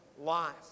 life